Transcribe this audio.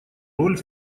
роль